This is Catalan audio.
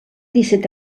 disset